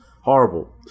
horrible